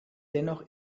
dennoch